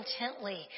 intently